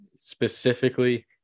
specifically